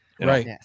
Right